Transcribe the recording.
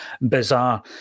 bizarre